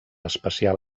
espacial